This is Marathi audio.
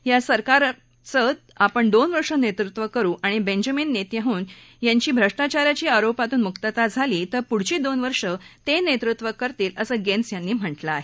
या सरकारच आपण दोन वर्ष नेतृत्व करु आणि बेंजामीन नेतन्याहू यांची भ्रष्टाचाराच्या आरोपातून मुक्तता झाली तर पुढची दोन वर्ष ते नेतृत्व करतील असं गँटझ् यांनी म्हटलं आहे